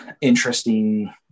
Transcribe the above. interesting